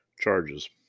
charges